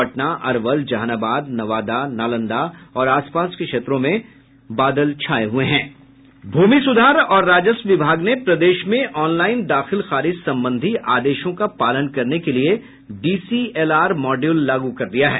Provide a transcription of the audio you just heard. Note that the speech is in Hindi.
पटना अरवल जहानाबाद नवादा नालंदा और आस पास के क्षेत्रों में जिले में बादल छाये हुए हैं भूमि सुधार और राजस्व विभाग ने प्रदेश में ऑनलाईन दाखिल खारिज संबंधी आदेशों का पालन करने के लिए डीसीएलआर मॉडयूल लागू कर दिया है